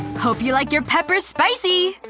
hope you like your peppers spicy!